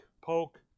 poke